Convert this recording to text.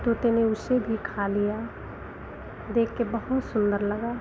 तोते ने उसे भी खा लिया देखकर बहुत सुन्दर लगा